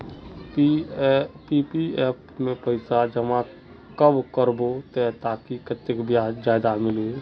PPF में पैसा जमा कब करबो ते ताकि कतेक ब्याज ज्यादा मिलबे?